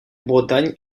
bretagne